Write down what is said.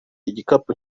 igikapu